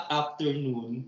afternoon